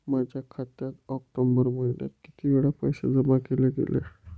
माझ्या खात्यात ऑक्टोबर महिन्यात किती वेळा पैसे जमा केले गेले?